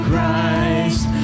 Christ